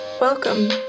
welcome